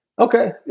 Okay